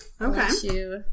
okay